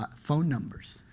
ah phone numbers.